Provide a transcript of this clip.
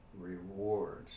rewards